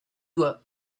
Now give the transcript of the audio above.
doigt